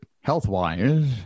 health-wise